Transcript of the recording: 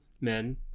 men